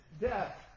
death